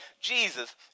Jesus